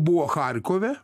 buvo charkove